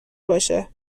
باشه